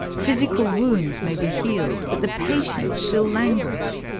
physical wounds may be healed but the patients still languish.